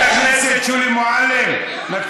חברת הכנסת שולי מועלם,